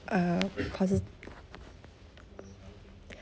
uh posit~